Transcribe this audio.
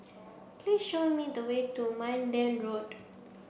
please show me the way to Minden Road